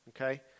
okay